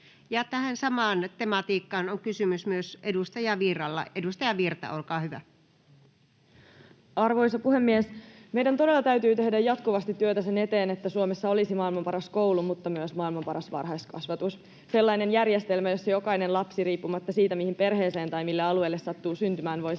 (Sofia Virta vihr) Time: 16:58 Content: Arvoisa puhemies! Meidän todella täytyy tehdä jatkuvasti työtä sen eteen, että Suomessa olisi maailman paras koulu mutta myös maailman paras varhaiskasvatus — sellainen järjestelmä, jossa jokainen lapsi riippumatta siitä, mihin perheeseen tai mille alueelle sattuu syntymään, voi